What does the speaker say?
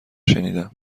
شنیدم